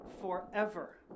forever